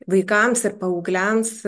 vaikams ir paaugliams